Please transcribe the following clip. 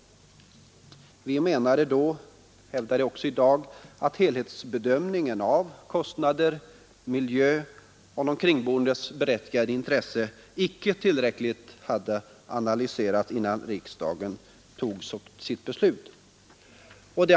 Vi menar dock att helhetsbedömningen av kostnader, miljö och kringboendes berättigade intressen inte tillräckligt analyserats innan riksdagen fattade sitt beslut.